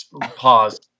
Pause